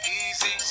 easy